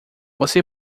você